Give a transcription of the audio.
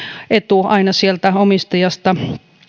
etu aina sieltä omistajasta